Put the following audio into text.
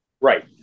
Right